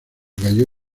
cayó